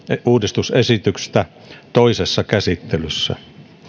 uudistusesitystä toisessa käsittelyssä